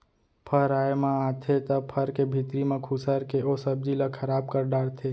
फर आए म आथे त फर के भीतरी म खुसर के ओ सब्जी ल खराब कर डारथे